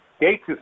Gates